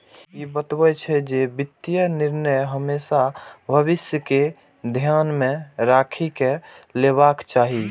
ई बतबै छै, जे वित्तीय निर्णय हमेशा भविष्य कें ध्यान मे राखि कें लेबाक चाही